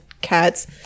cats